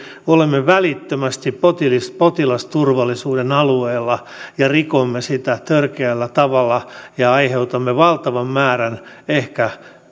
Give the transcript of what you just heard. olemme välittömästi potilasturvallisuuden alueella ja rikomme sitä törkeällä tavalla ja aiheutamme valtavan määrän ehkä